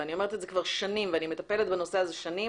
ואני אומרת את זה כבר שנים ואני מטפלת בנושא הזה שנים.